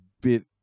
bit